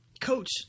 Coach